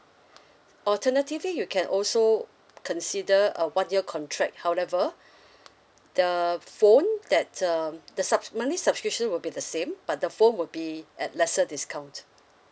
alternatively you can also consider a one year contract however the phone that's um the subs~ the monthly subscription will be the same but the phone would be at lesser discount